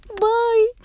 Bye